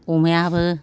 अमायाबो